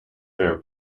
fair